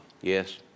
Yes